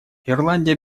ирландия